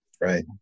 Right